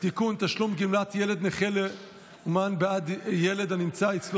אני קובע כי הצעת חוק הגברת התחרות בשוק